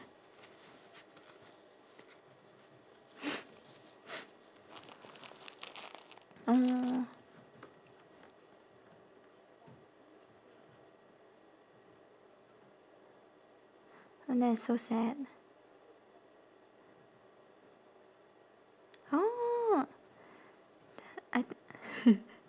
oh that is so sad oh that I th~